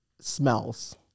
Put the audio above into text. smells